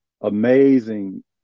amazing